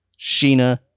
Sheena